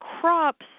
crops